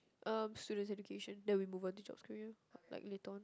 um student's education then we move onto jobs career like later on